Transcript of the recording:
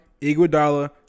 Iguodala